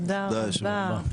תודה רבה.